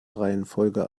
reihenfolge